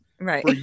Right